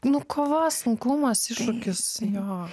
nu kova sunkumas iššūkis jo